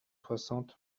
soixante